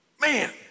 Man